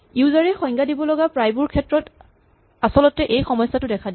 user এ সংজ্ঞা দিবলগা প্ৰকাৰবোৰৰ ক্ষেত্ৰত আচলতে এই সমস্যাটো দেখা যায়